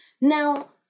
Now